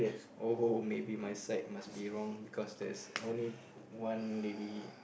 oh ho maybe my side must be wrong because there's only one lady